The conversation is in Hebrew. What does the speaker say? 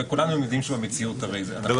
וכולנו יודעים שבמציאות הרי אנחנו שם.